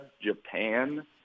Japan